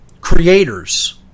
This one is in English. creators